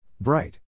Bright